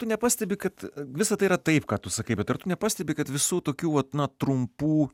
nepastebi kad visa tai yra taip ką tu sakai bet ar tu nepastebi kad visų tokių vat na trumpų